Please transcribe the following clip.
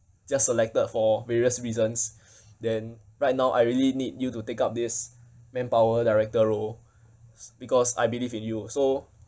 just selected for various reasons than right now I really need you to take up this manpower director role because I believe in you so